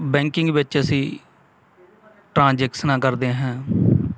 banking ਵਿੱਚ ਅਸੀਂ ਟਰਾਂਜੈਕਸ਼ਨਾਂ ਕਰਦੇ ਹਾਂ